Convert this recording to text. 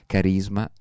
Carisma